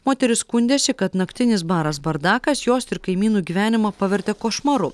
moteris skundėsi kad naktinis baras bardakas jos ir kaimynų gyvenimą pavertė košmaru